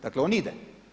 Dakle, on ide.